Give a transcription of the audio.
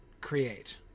create